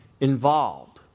involved